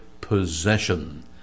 possession